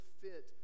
fit